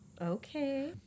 Okay